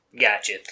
Gotcha